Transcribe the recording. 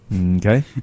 Okay